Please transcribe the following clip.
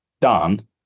done